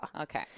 Okay